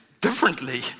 differently